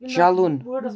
چلُن